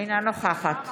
אינה נוכחת